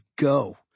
go